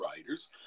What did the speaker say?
Writers